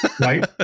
right